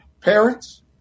parents